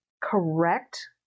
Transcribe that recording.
correct